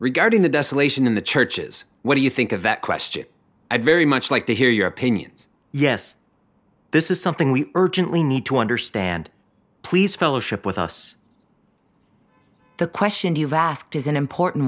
regarding the desolation in the churches what do you think of that question i very much like to hear your opinions yes this is something we urgently need to understand please fellowship with us the question you've asked is an important